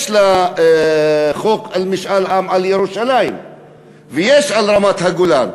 יש לה חוק משאל עם על ירושלים ויש על רמת-הגולן,